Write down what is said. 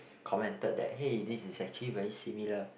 commented that hey this is actually very similar